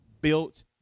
built